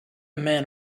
man